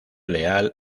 leal